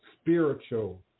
spiritual